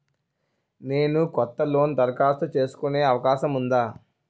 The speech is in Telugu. నేను కొత్త లోన్ దరఖాస్తు చేసుకునే అవకాశం ఉందా?